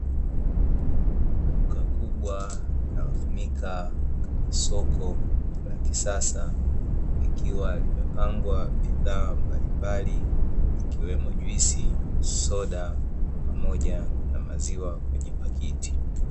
Duka kubwa linalotumika kama soko la kisasa likiwa limepangwa bidhaa mbalimbali ikiwemo juisi, soda pamoja na maziwa kwenye pakiti.